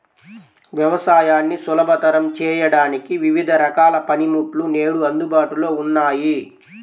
వ్యవసాయాన్ని సులభతరం చేయడానికి వివిధ రకాల పనిముట్లు నేడు అందుబాటులో ఉన్నాయి